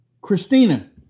Christina